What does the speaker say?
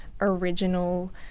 original